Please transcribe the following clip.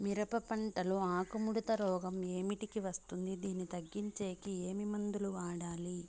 మిరప పంట లో ఆకు ముడత రోగం ఏమిటికి వస్తుంది, దీన్ని తగ్గించేకి ఏమి మందులు వాడాలి?